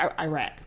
Iraq